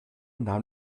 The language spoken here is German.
nahm